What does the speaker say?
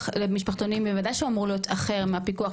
משפחתונים בוודאי שהוא אמור להיות אחר מהפיקוח,